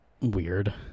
weird